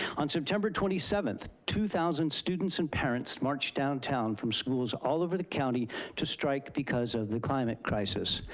on september twenty seventh, two thousand students and parents marched downtown from schools all over the county to strike because of the climate crisis.